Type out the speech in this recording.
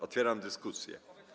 Otwieram dyskusję.